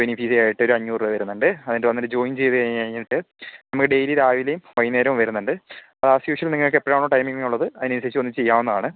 യായിട്ട് ഒരു അഞ്ഞൂറ് രൂപ വരുന്നുണ്ട് എന്നിട്ട് വന്നിട്ട് ജോയിൻ ചെയ്ത് കഴിഞ്ഞ് കഴിഞ്ഞിട്ട് നമുക്ക് ഡെയിലി രാവിലെയും വൈകുന്നേരവും വരുന്നുണ്ട് ആസ് യൂഷ്വൽ നിങ്ങക്കെപ്പഴാണോ ടൈമിങ്ങുള്ളത് അതിനനുസരിച്ച് വന്ന് ചെയ്യാവുന്നതാണ്